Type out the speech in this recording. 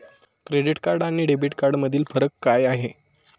Credit card आणि debit कार्डमधील फरक काय आहे?